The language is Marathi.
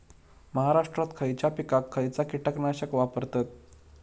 महाराष्ट्रात खयच्या पिकाक खयचा कीटकनाशक वापरतत?